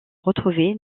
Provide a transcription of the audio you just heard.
retrouvé